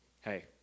Hey